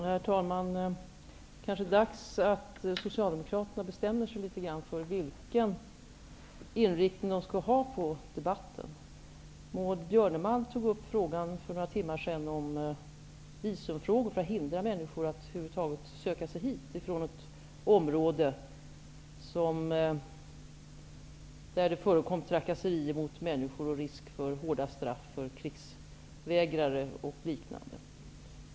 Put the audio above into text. Herr talman! Det är kanske dags att Socialdemokraterna bestämmer sig för vilken inriktning som man skall ha på debatten. Maud Björnemalm tog tidigare upp frågan om visumfrågor för att hindra människor från att över huvud taget söka sig hit från ett område där det förekom trakasserier mot människor och risk för hårda straff för krigsvägrare och liknande.